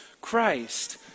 Christ